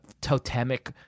totemic